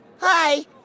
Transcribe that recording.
Hi